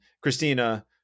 Christina